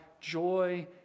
joy